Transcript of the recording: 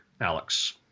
Alex